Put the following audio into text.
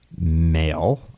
male